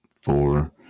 four